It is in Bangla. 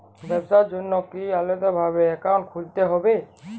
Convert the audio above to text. ব্যাবসার জন্য কি আলাদা ভাবে অ্যাকাউন্ট খুলতে হবে?